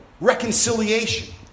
reconciliation